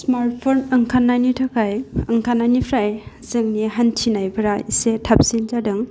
smart phone ओंखारनायनि थाखाय ओंखारनायनिफ्राय जोंनि हान्थिनायफ्रा इसे थाबसिन जादों